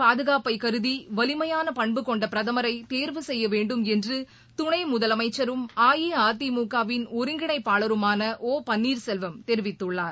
பாதுகாப்பைகருதிவலிமையானபண்பு கொண்டபிரதமரைதேர்வு செய்யவேண்டும் நாட்டின் என்றுதணைமுதலமைச்சரும் அஇஅதிமுக வின் ஒருங்கிணைப்பாளருமான ஒ பன்னீர்செல்வம் தெரிவித்துள்ளார்